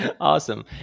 Awesome